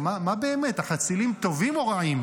מה באמת, החצילים טובים או רעים?